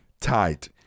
tight